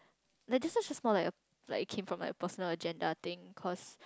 I just now she small like a like it came from like personal agenda thing cause